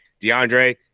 DeAndre